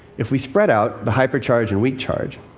if we spread out the hypercharge and weak charge